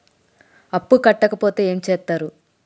అప్పు కట్టకపోతే ఏమి చేత్తరు?